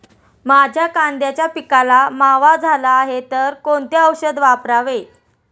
माझ्या कांद्याच्या पिकाला मावा झाला आहे तर कोणते औषध वापरावे?